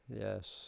Yes